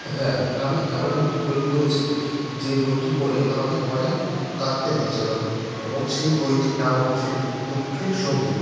হ্যাঁ আমি এমন একটি বই পড়েছি যেই বইটি পড়ে আমাকে অনেক কাঁদতে হয়েছিল এবং সেই বইটির নাম হচ্ছে দুঃখের সঙ্গী